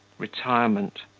retirement,